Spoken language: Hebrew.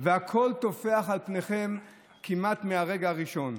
והכול טופח על פניכם כמעט מהרגע הראשון.